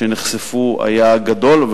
שנחשפו היה גדול.